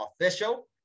official